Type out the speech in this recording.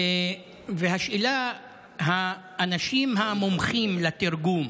והשאלה, האנשים המומחים לתרגום